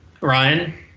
Ryan